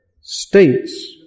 states